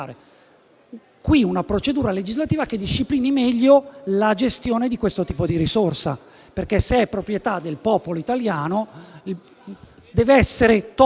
una procedura legislativa che disciplini meglio la gestione di questo tipo di risorsa, perché se è proprietà del popolo italiano non vi deve essere la